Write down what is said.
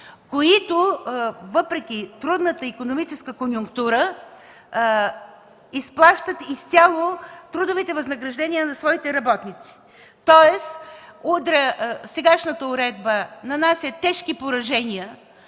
които, въпреки трудната икономическа конюнктура, изплащат изцяло трудовите възнаграждения на своите работници. Тоест сегашната уредба нанася тежки поражения